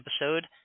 episode